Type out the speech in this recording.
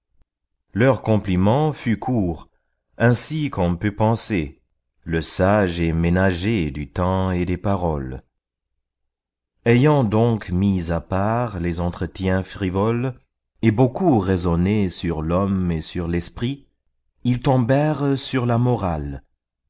leur compliment fut court ainsi qu'on peut penser le sage est ménager du temps et des paroles ayant donc mis à part les entretiens frivoles et beaucoup raisonné sur l'homme et sur l'esprit ils tombèrent sur la morale